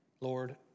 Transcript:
Lord